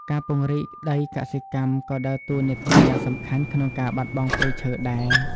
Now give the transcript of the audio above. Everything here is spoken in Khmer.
ការពង្រីក ដីកសិកម្ម ក៏ដើរតួនាទីយ៉ាងសំខាន់ក្នុងការបាត់បង់ព្រៃឈើដែរ។